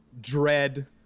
dread